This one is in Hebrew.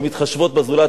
שמתחשבות בזולת.